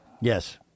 Yes